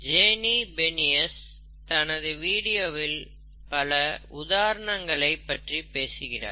ஜேஎய்னி பெனிஸ் தனது வீடியோவில் பல உதாரணங்களை பற்றி பேசுகிறார்